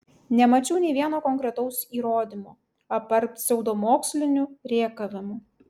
nemačiau nė vieno konkretaus įrodymo apart pseudomokslinių rėkavimų